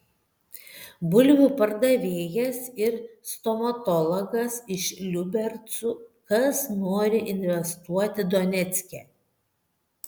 bulvių pardavėjas ir stomatologas iš liubercų kas nori investuoti donecke